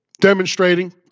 demonstrating